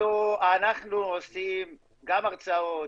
אנחנו עושים גם הרצאות,